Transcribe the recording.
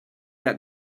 had